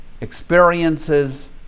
experiences